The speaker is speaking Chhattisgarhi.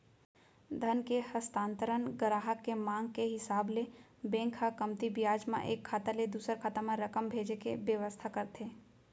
धन के हस्तांतरन गराहक के मांग के हिसाब ले बेंक ह कमती बियाज म एक खाता ले दूसर खाता म रकम भेजे के बेवस्था करथे